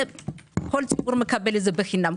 כל ציבור מקבל את זה בחינם.